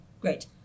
Great